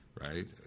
right